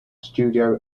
studio